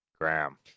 Graham